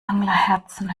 anglerherzen